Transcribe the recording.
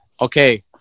okay